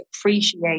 appreciate